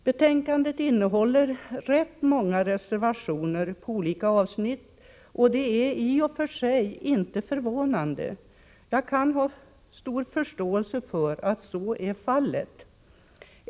Betänkandet innehåller rätt många reservationer på olika avsnitt, och det är i och för sig inte förvånande; jag har stor förståelse för att så är fallet.